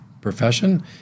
profession